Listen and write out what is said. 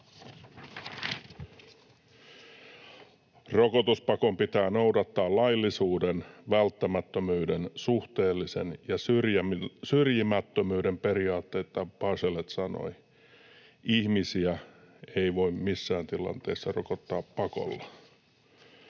Rokotuspakon pitää noudattaa laillisuuden, välttämättömyyden, suhteellisen ja syrjimättömyyden periaatteita, Bachelet sanoi. Ihmisiä ei voi missään tilanteissa rokottaa pakolla.”